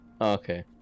Okay